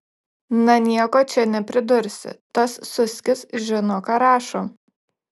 na nieko čia nepridursi tas suskis žino ką rašo